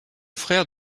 frère